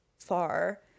far